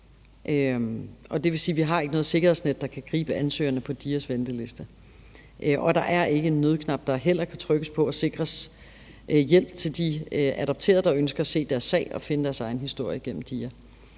Det vil sige, at vi ikke har noget sikkerhedsnet, der kan gribe ansøgerne på DIA's venteliste, og at der heller ikke er en nødknap, der kan trykkes på og sikre hjælp til de adopterede, der ønsker at se deres sag og finde deres egen historie gennem DIA.